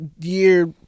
year